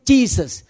Jesus